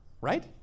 Right